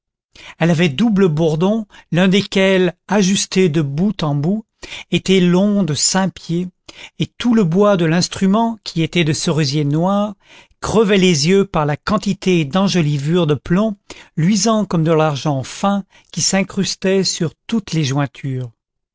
elle avait double bourdon l'un desquels ajusté de bout en bout était long de cinq pieds et tout le bois de l'instrument qui était de cerisier noir crevait les yeux par la quantité d'enjolivures de plomb luisant comme de l'argent fin qui s'incrustaient sur toutes les jointures